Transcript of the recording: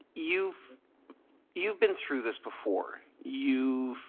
you've you've been through this before. you've